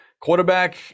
quarterback